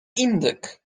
indyk